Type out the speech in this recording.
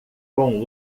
com